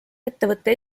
ettevõtte